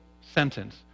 sentence